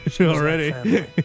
already